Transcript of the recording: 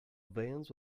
veins